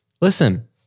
listen